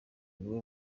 niwe